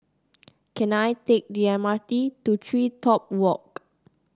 can I take the M R T to TreeTop Walk